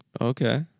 Okay